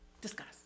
discuss